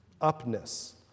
upness